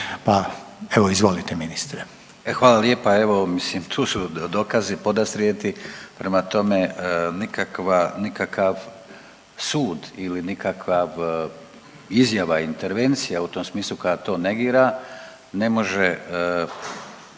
pa evo izvolite ministre.